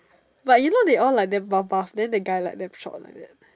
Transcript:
but you know they all like damn buff buff then the guy like damn short like that